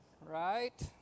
right